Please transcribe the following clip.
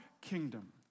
kingdom